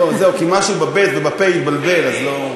זהו, כי משהו בבי"ת ובפ"א התבלבל, אז, לא.